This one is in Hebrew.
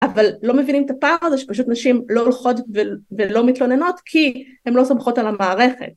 ‫אבל לא מבינים את הפער הזה ‫שפשוט נשים לא הולכות ולא מתלוננות ‫כי הן לא סומכות על המערכת.